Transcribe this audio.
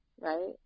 right